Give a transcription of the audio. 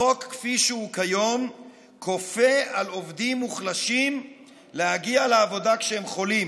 החוק כפי שהוא כיום כופה על עובדים מוחלשים להגיע לעבודה כשהם חולים.